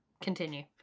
Continue